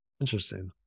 Interesting